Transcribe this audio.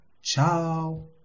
Ciao